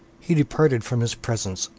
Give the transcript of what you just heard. he departed from his presence,